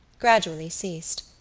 gradually ceased.